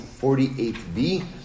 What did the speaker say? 48b